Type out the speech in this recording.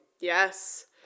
Yes